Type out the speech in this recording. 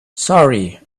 sorry